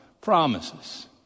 promises